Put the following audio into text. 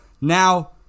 Now